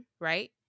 right